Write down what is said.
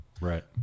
Right